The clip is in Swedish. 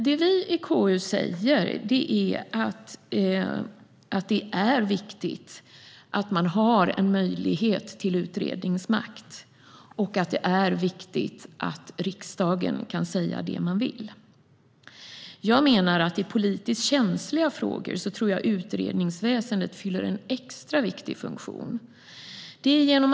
Det vi i KU säger är att det är viktigt att regeringen har möjlighet till utredningsmakt och att det är viktigt att riksdagen kan säga det den vill. Jag menar att utredningsväsendet fyller en extra viktig funktion i politiskt känsliga frågor.